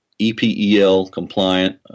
EPEL-compliant